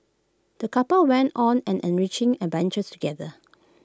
the couple went on an enriching adventures together